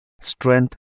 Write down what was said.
strength